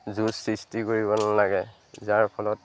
যুঁজ সৃষ্টি কৰিব নালাগে যাৰ ফলত